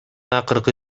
акыркы